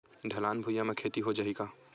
ढलान भुइयां म खेती हो जाही का?